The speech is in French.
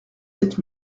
sept